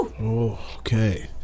Okay